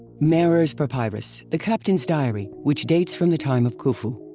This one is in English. merer's papyrus, the captain's diary, which dates from the time of khufu.